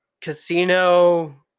casino